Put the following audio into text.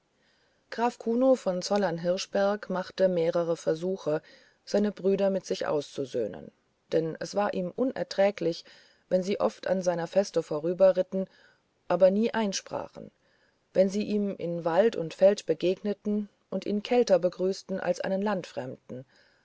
graf kuno von zollern hirschberg machte mehrere versuche seine brüder mit sich auszusöhnen denn es war ihm unerträglich wenn sie oft an seiner feste vorbeiritten aber nie einsprachen wenn sie ihm in wald und feld begegneten und ihn kälter begrüßten als einen